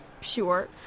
Sure